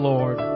Lord